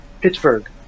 Pittsburgh